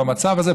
במצב הזה,